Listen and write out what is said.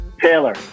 taylor